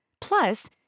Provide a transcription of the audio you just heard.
Plus